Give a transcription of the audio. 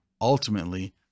Ultimately